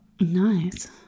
Nice